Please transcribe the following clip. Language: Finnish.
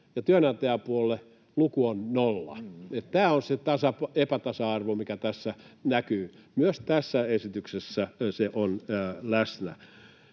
työnantajapuolelle luku on nolla. Tämä on se epätasa-arvo, mikä tässä näkyy, ja myös tässä esityksessä se on läsnä.